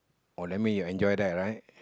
or that mean you enjoy that right